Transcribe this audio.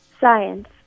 science